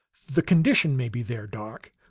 the condition may be there, doc,